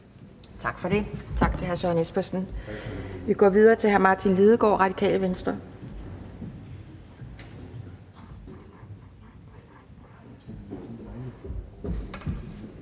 Kjærsgaard): Tak til hr. Søren Espersen. Vi går videre til hr. Martin Lidegaard, Radikale Venstre.